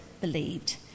believed